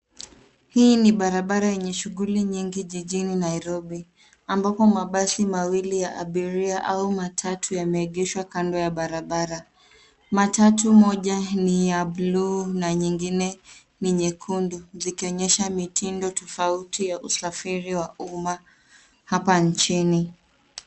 Hii ni barabara yenye shughuli nyingi jijini Nairobi, ambapo mabasi mawili ya abiria au matatu yameegeshwa kando ya barabara. Matatu moja ni ya blue na nyingine ni nyekundu, zikionyesha mitindo tofauti ya usafiri wa umma hapa nchini.